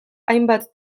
hainbat